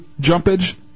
jumpage